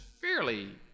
fairly